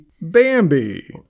Bambi